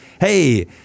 hey